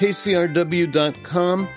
KCRW.com